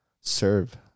serve